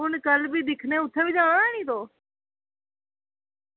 हून कल्ल बी दिक्खने आं उत्थें बी जाना नी तोह्